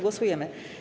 Głosujemy.